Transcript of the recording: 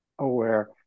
Aware